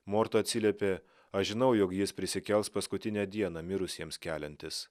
morta atsiliepė aš žinau jog jis prisikels paskutinę dieną mirusiems keliantis